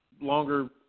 longer